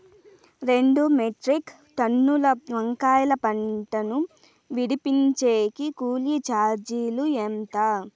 రెండు మెట్రిక్ టన్నుల వంకాయల పంట ను విడిపించేకి కూలీ చార్జీలు ఎంత?